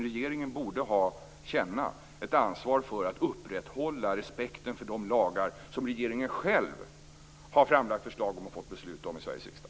Regeringen borde känna ett ansvar för att upprätthålla respekten för de lagar som regeringen själv har framlagt förslag om och fått beslut om i Sveriges riksdag.